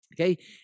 Okay